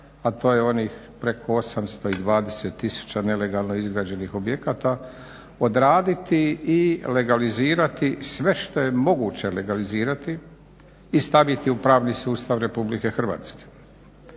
a to je onih preko 820 tisuća nelegalno izgrađenih objekata odraditi i legalizirati sve što je moguće legalizirati i staviti u pravni sustav Republike Hrvatske.